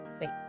Wait